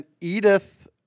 Edith